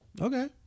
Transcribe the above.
Okay